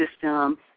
system